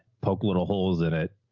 poke little holes in it,